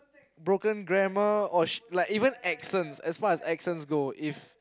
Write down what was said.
broken grammar or sh~ like even accents as far as accents go if